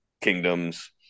kingdoms